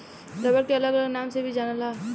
rubber के अलग अलग नाम से भी जानल जाला